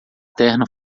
terno